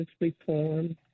reform